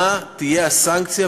היא מה תהיה הסנקציה,